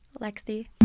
Lexi